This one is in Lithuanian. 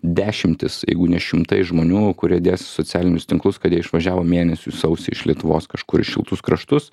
dešimtys jeigu ne šimtai žmonių kurie dės į socialinius tinklus kad jie išvažiavo mėnesiui sausį iš lietuvos kažkur į šiltus kraštus